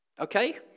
Okay